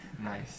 nice